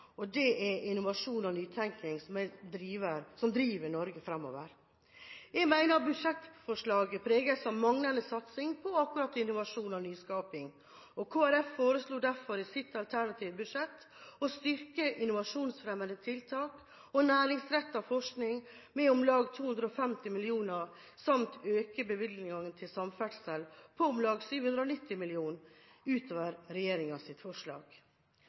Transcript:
og det er innovasjon og nytenkning som driver Norge framover. Jeg mener at budsjettforslaget preges av manglende satsing på akkurat innovasjon og nyskaping. Kristelig Folkeparti forslår derfor i sitt alternative budsjett å styrke innovasjonsfremmende tiltak og næringsrettet forskning med om lag 250 mill. kr samt øke bevilgningene til samferdsel med om lag 790 mill. kr utover regjeringens forslag.